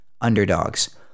underdogs